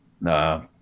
No